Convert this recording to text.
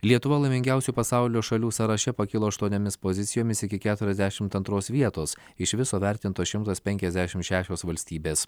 lietuva laimingiausių pasaulio šalių sąraše pakilo aštuoniomis pozicijomis iki keturiasdešimt antros vietos iš viso vertintos šimtas penkiasdešim šešios valstybės